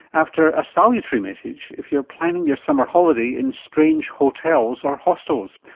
after a salutatory message if you're planning your summer holiday in strange hotels or hostels.